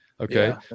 okay